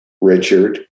Richard